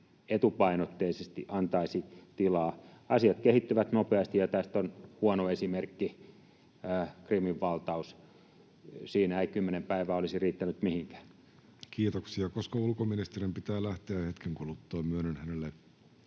etupainotteisesti antaisi tilaa. Asiat kehittyvät nopeasti, ja tästä on huono esimerkki Krimin valtaus. Siinä ei kymmenen päivää olisi riittänyt mihinkään. Kiitoksia. — Koska ulkoministerin pitää lähteä hetken kuluttua,